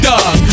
Dog